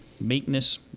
meekness